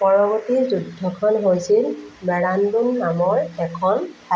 পৰৱৰ্তী যুদ্ধখন হৈছিল মেৰাণ্টুন নামৰ এখন ঠাই